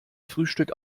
frühstück